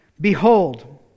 Behold